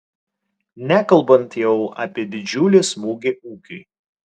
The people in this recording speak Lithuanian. nekalbant jau apie didžiulį smūgį ūkiui